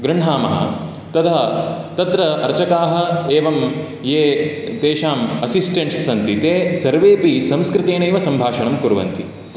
गृह्णामः तदा तत्र अर्चकाः एवं ये तेषाम् असिस्टेन्ट्स् सन्ति ते सर्वेऽपि संस्कृतेनैव सम्भाषणं कुर्वन्ति